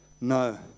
No